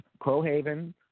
Crowhaven